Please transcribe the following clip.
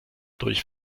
durch